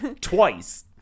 twice